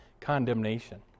condemnation